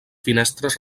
finestres